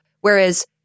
whereas